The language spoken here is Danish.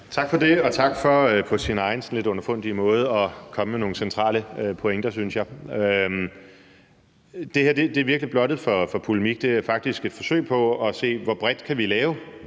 Tak for det, og tak til ordføreren for på sin egen sådan lidt underfundige måde at komme med nogle centrale pointer, synes jeg. Det her er virkelig blottet for polemik. Det er faktisk et forsøg på at se, hvor bredt vi kan lave